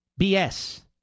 BS